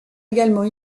également